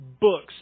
books